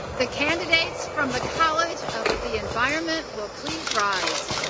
the candidates from the college of the environment will please rise.